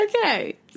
Okay